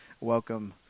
welcome